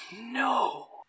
no